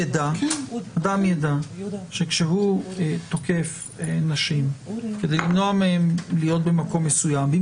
אדם יידע שכשהוא תוקף נשים כדי למנוע מהן להיות במקום מסוים אם